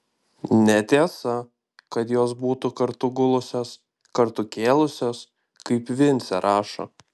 netiesa kad jos būtų kartu gulusios kartu kėlusios kaip vincė rašo